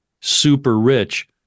super-rich